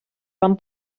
van